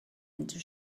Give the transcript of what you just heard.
into